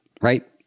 right